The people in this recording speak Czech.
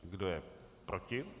Kdo je proti?